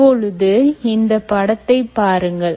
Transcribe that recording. இப்பொழுது இந்தப் படத்தைப் பாருங்கள்